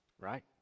right